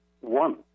one